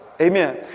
Amen